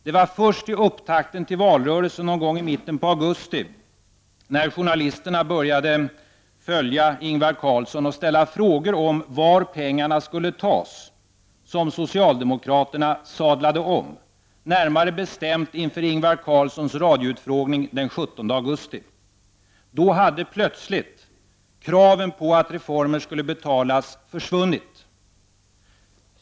Det var först vid upptakten till valrörelsen någon gång i mitten av augusti, när journalisterna började följa Ingvar Carlsson och ställa frågor om varifrån pengarna skulle tas, som socialdemokraterna sadlade om. Det var närmare bestämt inför Ingvar Carlssons radioutfrågning den 17 augusti. Då plötsligt hade kraven på att reformer skulle betalas försvunnit.